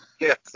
Yes